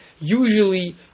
usually